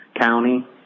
County